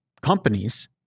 companies